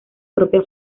propia